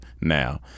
now